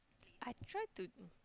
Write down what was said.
I try to